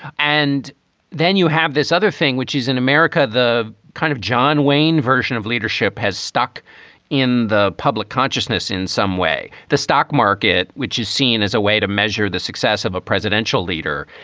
and then you have this other thing, which is in america, the kind of john wayne version of leadership has stuck in the public consciousness in some way. the stock market, which is seen as a way to measure the success of a presidential leader,